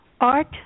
Art